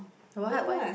what why